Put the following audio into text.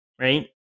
right